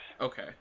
Okay